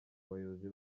abayobozi